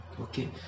Okay